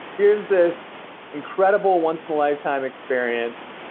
here's this incredible once in a lifetime experience,